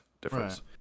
difference